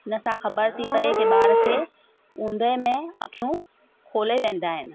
हिन सां ख़बर थी पए की ॿार खे उंदहि में अखियूं खोले विहंदा आहिनि